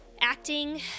Acting